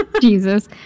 Jesus